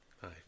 hi